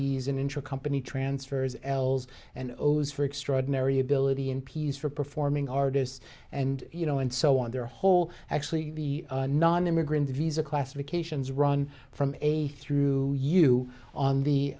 s an intra company transfers als and o's for extraordinary ability in peace for performing artists and you know and so on their whole actually nonimmigrant visa classifications run from a through you on the